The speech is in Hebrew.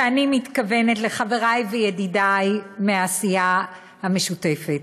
ואני מתכוונת לחברי וידידי מהסיעה המשותפת,